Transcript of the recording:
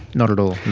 not at all, no.